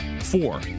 four